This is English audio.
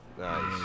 Nice